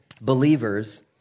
believers